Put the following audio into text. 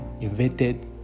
invented